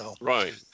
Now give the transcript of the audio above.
Right